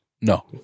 No